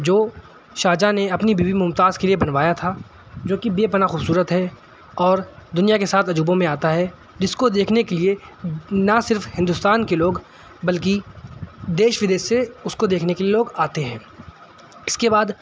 جو شاہ جہاں نے اپنی بیوی ممتاز کے لیے بنوایا تھا جوکہ بے پناہ خوبصورت ہے اور دنیا کے سات عجوبوں میں آتا ہے جس کو دیکھنے کے لیے نہ صرف ہندوستان کے لوگ بلکہ دیش ودیش سے اس کو دیکھنے کے لیے لوگ آتے ہیں اس کے بعد